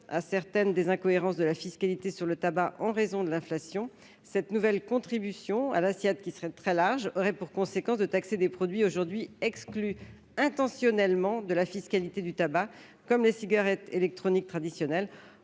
à certaines des incohérences de la fiscalité sur le tabac en raison de l'inflation. Cette nouvelle contribution, dont l'assiette serait très large, aurait pour conséquence de taxer des produits aujourd'hui exclus intentionnellement de la fiscalité du tabac, comme les cigarettes électroniques traditionnelles.